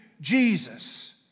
Jesus